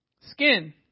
Skin